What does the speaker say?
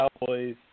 Cowboys